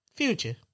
Future